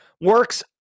works